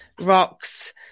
rocks